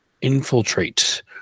infiltrate